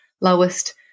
lowest